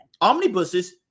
Omnibuses